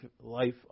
life